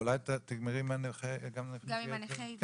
אולי תגמרי גם עם נכי פעולות האיבה?